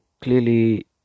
clearly